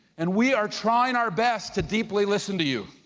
and we are trying our best to deeply listen to you.